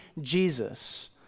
Jesus